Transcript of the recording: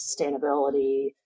sustainability